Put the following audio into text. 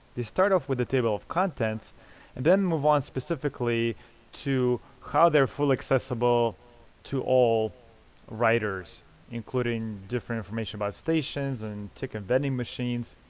they start off with the table of contents and then move on specifically to how they're fully accessible to all riders including different information about stations and ticket vending machines.